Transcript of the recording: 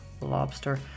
lobster